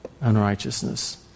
unrighteousness